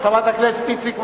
חברת הכנסת איציק,